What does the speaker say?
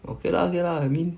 okay lah okay lah I mean